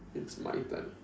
it's my turn